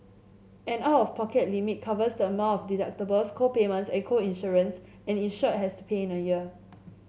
an out of pocket limit covers the amount of deductibles co payments and co insurance an insured has to pay in a year